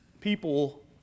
people